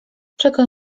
czego